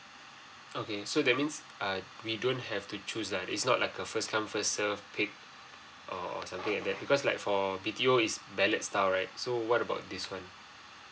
okay so that means err we don't have to choose ah it's not like a first come first serve pick or or something like that because like for B_T_O it's ballad style right so what about this one